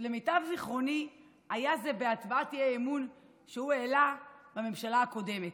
למיטב זיכרוני זה היה בהצעת האי-אמון שהוא העלה בממשלה הקודמת.